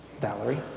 Valerie